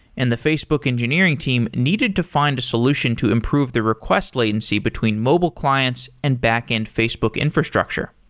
and the facebook engineering team needed to find a solution to improve the request latency between mobile clients and backend facebook infrastructure.